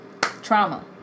Trauma